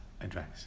address